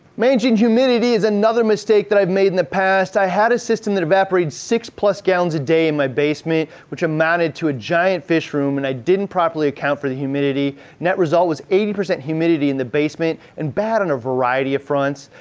managing humidity is another mistake that i've made in the past. i had a system that evaporated six plus gallons gallons a day in my basement, which amounted to a giant fish room and i didn't properly account for the humidity. net result was eighty percent humidity in the basement and bad on a variety of fronts.